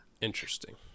Interesting